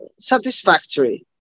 satisfactory